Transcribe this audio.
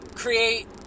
create